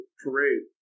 parade